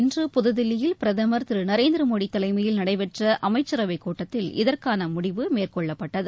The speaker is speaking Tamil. இன்று புதுதில்லியில் பிரதமர் திரு நரேந்திர மோடி தலைமயில் நடைபெற்ற அமைச்சரவை கூட்டத்தில் இதற்கான முடிவு மேற்கொள்ளப்பட்டது